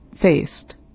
faced